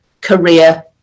career